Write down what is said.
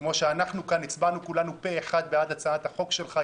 כמו שאנחנו הצבענו כולנו פה אחד בעד הצעת החוק שלך,